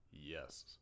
Yes